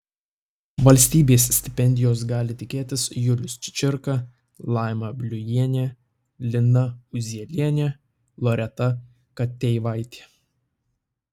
valstybės stipendijos gali tikėtis julius čičirka laima bliujienė lina uzielienė loreta kateivaitė